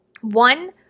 One